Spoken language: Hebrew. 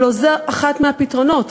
הלוא זה אחד מהפתרונות,